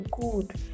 good